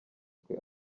twe